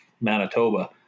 Manitoba